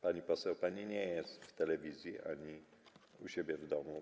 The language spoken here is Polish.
Pani poseł, pani nie jest w telewizji ani u siebie w domu.